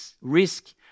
risk